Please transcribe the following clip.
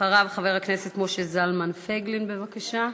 אחריו, חבר הכנסת משה זלמן פייגלין, בבקשה.